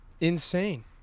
insane